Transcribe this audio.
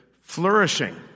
flourishing